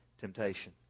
temptation